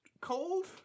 Cold